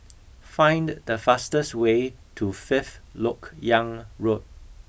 find the fastest way to Fifth Lok Yang Road